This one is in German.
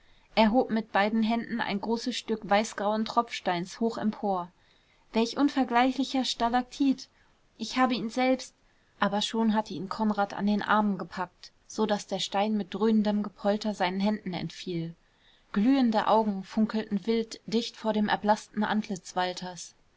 er hob mit beiden händen ein großes stück weißgrauen tropfsteins hoch empor welch unvergleichlicher stalaktit ich habe ihn selbst aber schon hatte ihn konrad an den armen gepackt so daß der stein mit dröhnendem gepolter seinen händen entfiel glühende augen funkelten wild dicht vor dem erblaßten antlitz walters